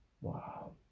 Wow